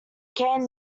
came